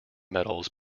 metals